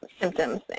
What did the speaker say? symptoms